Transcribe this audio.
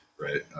right